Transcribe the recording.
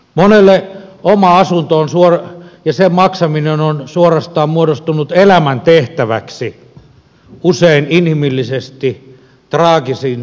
monelle oma asunto ja sen maksaminen on suorastaan muodostunut elämäntehtäväksi usein inhimillisesti traagisin seurauksin